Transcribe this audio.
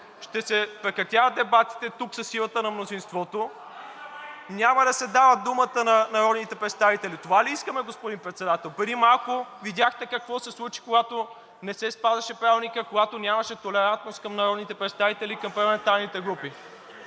Ще се прекратяват дебатите тук със силата на мнозинството, няма да се дава думата на народните представители. Това ли искаме, господин Председател? Преди малко видяхте какво се случи, когато не се спазваше Правилникът, когато нямаше толерантност към народните представители, към парламентарните групи.